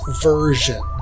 version